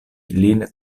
lin